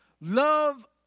Love